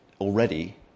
already